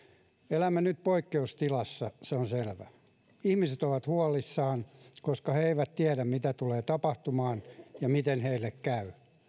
elämme nyt poikkeustilassa se on selvä ihmiset ovat huolissaan koska he eivät tiedä mitä tulee tapahtumaan ja miten heille käy